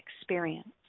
experience